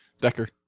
Decker